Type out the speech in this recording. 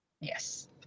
Yes